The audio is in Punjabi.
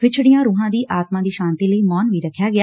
ਵਿਛਤੀਆ ਰਹਾ ਦੀ ਆਤਮਾ ਦੀ ਸਾਤੀ ਲਈ ਮੌਨ ਵੀ ਰੱਖਿਆ ਗਿਆ